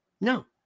No